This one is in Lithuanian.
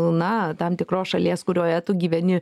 na tam tikros šalies kurioje tu gyveni